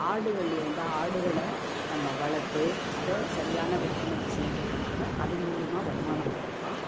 ஆடுகள் இருந்தால் ஆடுகளை நம்ம வளர்த்து அதை சரியான விற்பனைக்கு செஞ்சோம்னாக்கா அது மூலியமாக வருமானம் பெறலாம்